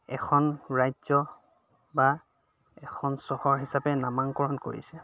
এখন ৰাজ্য বা এখন চহৰ হিচাপে নামাকৰণ কৰিছে